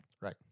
Right